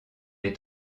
est